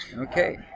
okay